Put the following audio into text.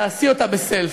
תעשי אותה בסלפי.